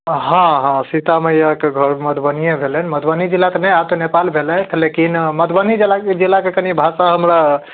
हँ हँ सीता मैयाके घर मधुबनीये भेलनि मधुबनी जिला तऽ नहि आब तऽ नेपाल भेलथि लेकिन मधुबनी जिलाके कनि भाषा हमरा